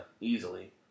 Easily